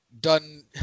done